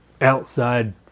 outside